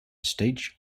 stage